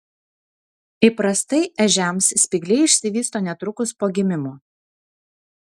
įprastai ežiams spygliai išsivysto netrukus po gimimo